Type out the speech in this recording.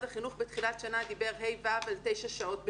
החינוך בתחילת השנה דיבר על כיתות ה'-ו' על תשע שעות בשבוע.